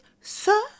sir